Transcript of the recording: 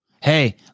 Hey